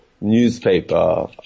newspaper